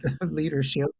leadership